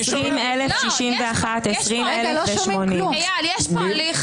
20,061 עד 20,080. מי בעד?